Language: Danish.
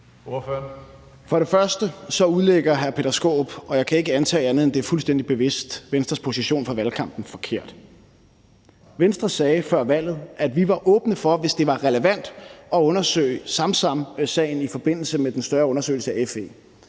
For det første udlægger hr. Peter Skaarup – og jeg kan ikke antage andet, end at det er fuldstændig bevidst – Venstres position i valgkampen forkert. Venstre sagde før valget, at vi var åbne over for, hvis det var relevant, at undersøge Samsamsagen i forbindelse med den større undersøgelse af FE.